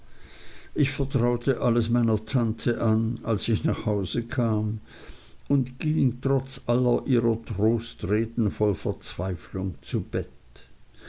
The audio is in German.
ich vertraute alles meiner tante an als ich nach hause kam und ging trotz aller ihrer trostreden voll verzweiflung zu bett